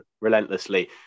relentlessly